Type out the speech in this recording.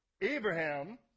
Abraham